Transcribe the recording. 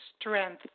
strength